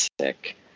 sick